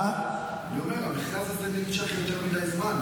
אומר שהמכרז הזה נמשך יותר מדי זמן.